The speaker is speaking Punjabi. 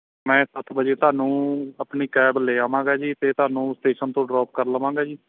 ਮੈਂ ਸੱਤ ਵਜੇ ਤੁਹਾਨੂੰ ਆਪਣੀ ਕੈਬ ਲੈ ਆਵਾਂਗਾ ਜੀ ਅਤੇ ਤੁਹਾਨੂੰ ਸਟੇਸ਼ਨ ਤੋਂ ਡਰੋਪ ਕਰ ਲਵਾਂਗਾ ਜੀ